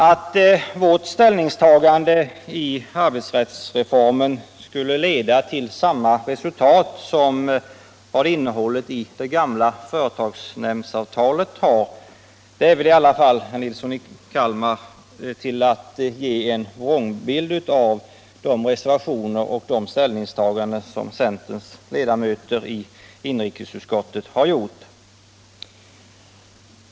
Att påstå att vårt ställningstagande när det gäller arbetsrättsreformen skulle leda till samma resultat som det gamla företagsnämndsavtalet är väl i alla fall, herr Nilsson i Kalmar, att ge en vrångbild av de reservationer som centerns ledamöter i inrikesutskottet står bakom.